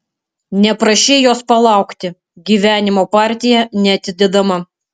neprašei jos palaukti gyvenimo partija neatidedama